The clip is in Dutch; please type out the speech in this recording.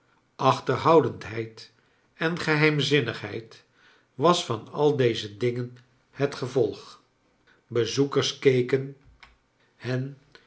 achterhoudendheid en geheimzinnigheid was van al deze dingen het gevolg bezoekers keken hen